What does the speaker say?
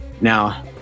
Now